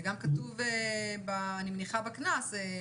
וגם כתוב, אני מניחה, בקנס,